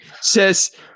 says